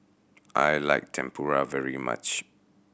I like Tempura very much